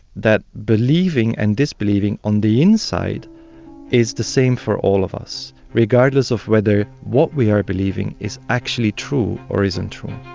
that believing and disbelieving on the inside is the same for all of us, regardless of whether what we are believing is actually true or isn't true.